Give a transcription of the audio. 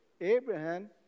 Abraham